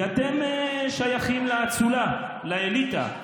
כי אתם שייכים לאצולה, לאליטה.